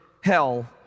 hell